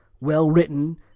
well-written